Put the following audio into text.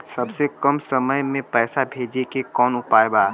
सबसे कम समय मे पैसा भेजे के कौन उपाय बा?